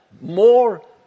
more